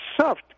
soft